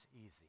easy